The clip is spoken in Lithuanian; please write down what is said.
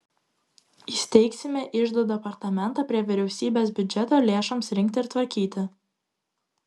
įsteigsime iždo departamentą prie vyriausybės biudžeto lėšoms rinkti ir tvarkyti